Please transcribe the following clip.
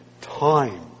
time